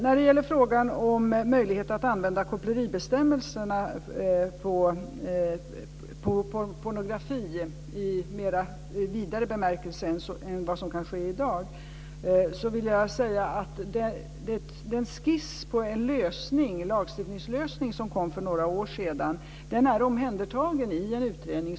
När det gäller möjligheterna att använda koppleribestämmelserna på pornografi i mer vidare bemärkelse än vad som kan ske i dag vill jag säga att den skiss på en lagstiftningslösning som kom för några år sedan är omhändertagen i en utredning.